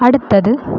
அடுத்தது